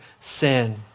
sin